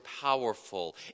powerful